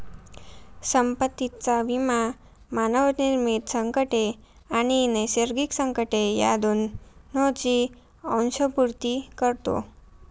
संपत्तीचा विमा मानवनिर्मित संकटे आणि नैसर्गिक संकटे या दोहोंची अंशपूर्ती करतो